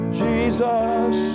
jesus